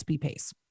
pace